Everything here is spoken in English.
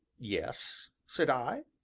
yes, said i,